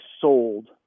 sold